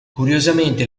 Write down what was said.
curiosamente